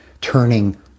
turning